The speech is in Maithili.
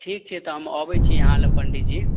ठीक छै तऽ हम अबैत छी अहाँ लग पंडी जी